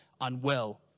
unwell